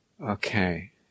Okay